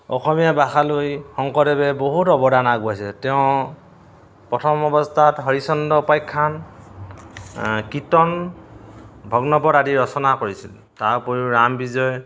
অসমীয়া ভাষালৈ শংকৰদেৱে বহুত অৱদান আগবঢ়াইছে তেওঁ প্ৰথম অৱস্থাত হৰিচন্দ্ৰ উপাখ্য়ান কীৰ্তন ভগ্নপদ আদি ৰচনা কৰিছিল তাৰ উপৰিও ৰাম বিজয়